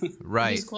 Right